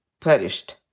perished